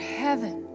heaven